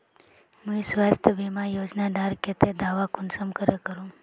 मुई स्वास्थ्य बीमा योजना डार केते दावा कुंसम करे करूम?